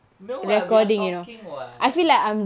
no ah we're talking [what]